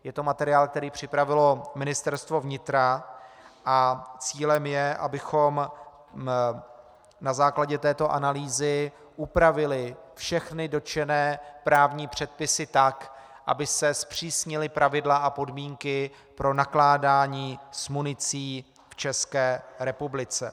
Je to materiál, který připravilo Ministerstvo vnitra, a cílem je, abychom na základě této analýzy upravili všechny dotčené právní předpisy tak, aby se zpřísnily pravidla a podmínky pro nakládání s municí v České republice.